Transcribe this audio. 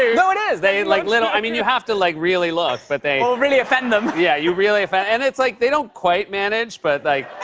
no, it is. they, like little i mean, you have to like really look. but they or really offend them. yeah, you really and it's like, they don't quite manage, but, like,